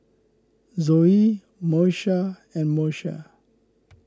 Zoie Moesha and Moesha